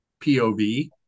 POV